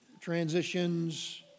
transitions